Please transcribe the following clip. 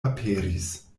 aperis